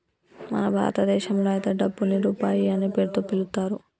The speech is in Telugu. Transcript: మన భారతదేశంలో అయితే డబ్బుని రూపాయి అనే పేరుతో పిలుత్తారు